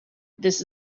this